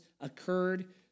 occurred